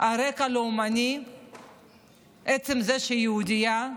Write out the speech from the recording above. על רקע לאומני מעצם זה שהיא יהודייה,